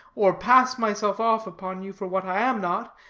or pass myself off upon you for what i am not,